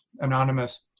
anonymous